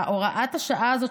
הוראת השעה הזאת,